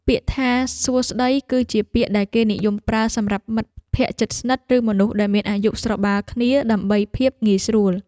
ពាក្យថាសួស្តីគឺជាពាក្យដែលគេនិយមប្រើសម្រាប់មិត្តភក្តិជិតស្និទ្ធឬមនុស្សដែលមានអាយុស្របាលគ្នាដើម្បីភាពងាយស្រួល។